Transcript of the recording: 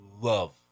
love